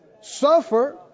suffer